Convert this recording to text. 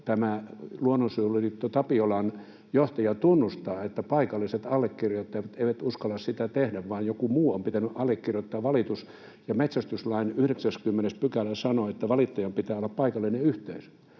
tämä Luonnonsuojeluliitto Tapiolan johtaja tunnustaa, että paikalliset allekirjoittajat eivät uskalla sitä tehdä, vaan jonkun muun on pitänyt allekirjoittaa valitus, ja metsästyslain 90 § sanoo, että valittajan pitää olla paikallinen yhteisö,